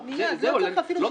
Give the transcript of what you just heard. זה מה